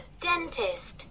dentist